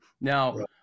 Now